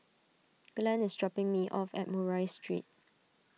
Glen is dropping me off at Murray Street